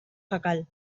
jacal